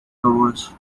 covers